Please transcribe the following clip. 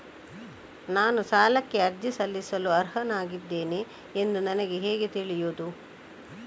ನಾನು ಸಾಲಕ್ಕೆ ಅರ್ಜಿ ಸಲ್ಲಿಸಲು ಅರ್ಹನಾಗಿದ್ದೇನೆ ಎಂದು ನನಗೆ ಹೇಗೆ ತಿಳಿಯುದು?